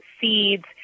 seeds